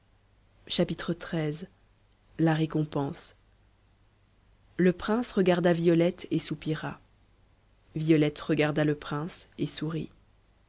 xiii la récompense le prince regarda violette et soupira violette regarda le prince et sourit